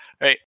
right